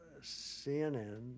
CNN